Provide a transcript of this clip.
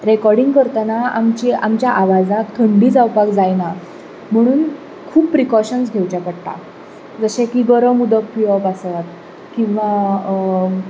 recording करतना आमची आमच्या आवाजाक थंडी जावपाक जायना म्हणून खूब प्रिकोशन्स घेवचे पडटा जशें की गरम उदक पिवप आसत किंवा